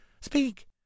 Speak